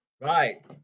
Right